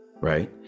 right